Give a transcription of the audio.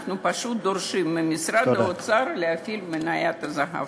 אנחנו פשוט דורשים ממשרד האוצר להפעיל את מניית הזהב.